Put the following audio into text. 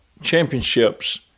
championships